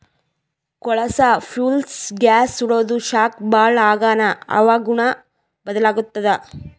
ಕೊಳಸಾ fuels gas ಸುಡಾದು ಶಾಖ ಭಾಳ್ ಆಗಾನ ಹವಾಗುಣ ಬದಲಾತ್ತದ